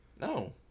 No